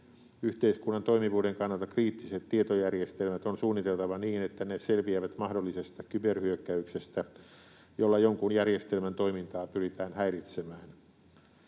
Yhteiskunnan toimivuuden kannalta kriittiset tietojärjestelmät on suunniteltava niin, että ne selviävät mahdollisesta kyberhyökkäyksestä, jolla jonkun järjestelmän toimintaa pyritään häiritsemään.